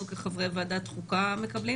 אנחנו כחברי ועדת חוקה מקבלים